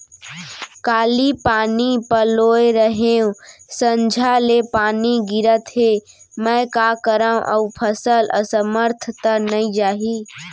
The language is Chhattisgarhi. काली पानी पलोय रहेंव, संझा ले पानी गिरत हे, मैं का करंव अऊ फसल असमर्थ त नई जाही?